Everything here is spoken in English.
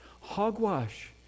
Hogwash